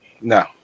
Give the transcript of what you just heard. No